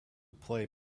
play